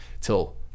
till